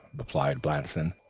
replied blanston,